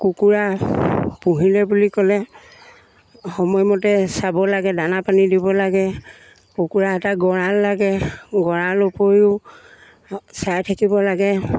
কুকুৰা পুহিলে বুলি ক'লে সময়মতে চাব লাগে দানা পানী দিব লাগে কুকুৰা এটা গঁৰাল লাগে গঁৰাল উপৰিও চাই থাকিব লাগে